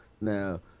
Now